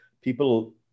People